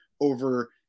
over